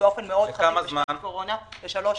לשלוש שנים.